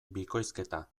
bikoizketa